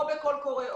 או בקול קורא,